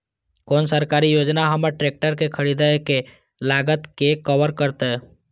कोन सरकारी योजना हमर ट्रेकटर के खरीदय के लागत के कवर करतय?